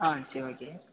ஆ சரி ஓகே